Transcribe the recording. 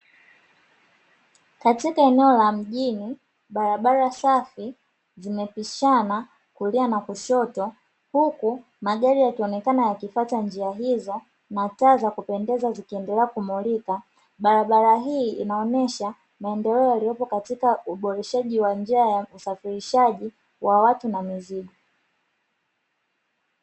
Katika eneo la mjini barabara safi zimepishana kulia na kushoto huku magari yakionekana yakipata njia hizo na taa za kupendeza, zikiendelea kumulika barabara hii inaonesha maendeleo yaliyopo katika uboreshaji wa njia ya usafirishaji wa watu na mizigo.